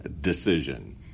decision